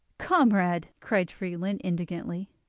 comrade, cried friedlin indignantly,